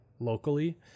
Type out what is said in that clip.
locally